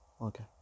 Okay